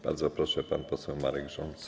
Bardzo proszę, pan poseł Marek Rząsa.